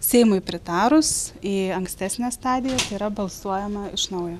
seimui pritarus į ankstesnę stadiją tai yra balsuojama iš naujo